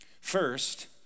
First